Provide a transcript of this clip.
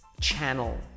channel